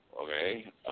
Okay